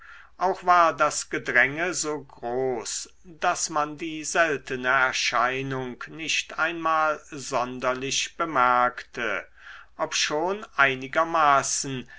auch war das gedränge so groß daß man die seltene erscheinung nicht einmal sonderlich bemerkte obschon einigermaßen